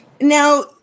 Now